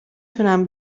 توانم